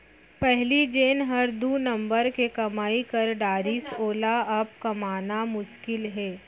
पहिली जेन हर दू नंबर के कमाई कर डारिस वोला अब कमाना मुसकिल हे